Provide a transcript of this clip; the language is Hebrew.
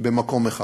במקום אחד.